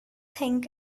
think